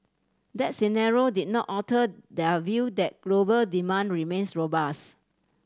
that scenario did not alter their view that global demand remains robust